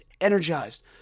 energized